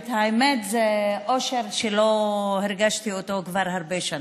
האמת, זה אושר שלא הרגשתי כבר הרבה שנים.